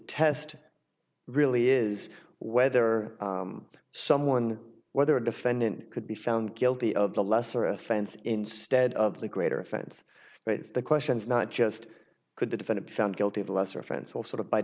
test really is whether someone whether a defendant could be found guilty of the lesser offense instead of the greater offense but the question is not just could the defendant found guilty of a lesser offense or sort of by